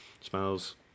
smells